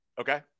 Okay